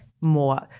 more